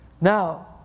Now